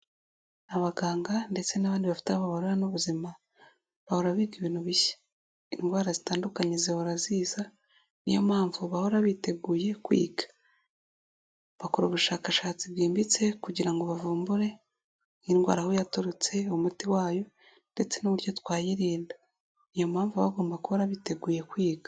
Abaganga ndetse n'abandi bafite aho bahurira n'ubuzima, bahora biga ibintu bishya, indwara zitandukanye zihora ziza, ni yo mpamvu bahora biteguye kwiga, bakora ubushakashatsi bwimbitse kugira ngo bavumbure indwara aho yaturutse, umuti wayo, ndetse n'uburyo twayirinda, ni iyo mpamvu baba bagomba guhora biteguye kwiga.